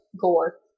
gore